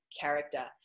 character